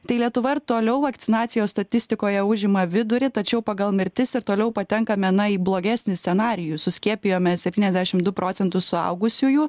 tai lietuva ir toliau vakcinacijos statistikoje užima vidurį tačiau pagal mirtis ir toliau patenkame na į blogesnį scenarijų suskiepijome septyniasdešim su procentus suaugusiųjų